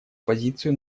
позицию